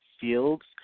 fields